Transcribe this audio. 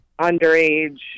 underage